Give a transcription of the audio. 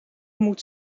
moet